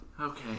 Okay